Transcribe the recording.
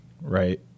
right